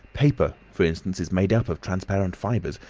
paper, for instance, is made up of transparent fibres,